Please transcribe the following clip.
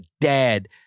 dad